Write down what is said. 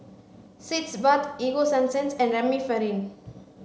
Sitz Bath Ego Sunsense and Remifemin